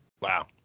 Wow